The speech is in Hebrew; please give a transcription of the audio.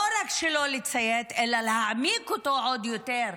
לא רק לא לציית, אלא להעמיק אותו עוד יותר,